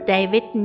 David